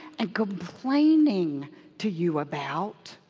and complaining to you about